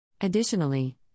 Additionally